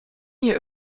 hier